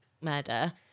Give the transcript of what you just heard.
murder